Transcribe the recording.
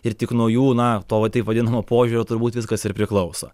ir tik nuo jų na to va taip vadinamo požiūrio turbūt viskas ir priklauso